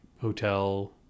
hotel